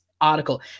article